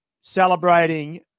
celebrating